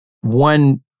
one